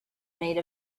made